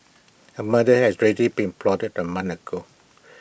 A murder has ready been plotted A month ago